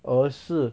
而是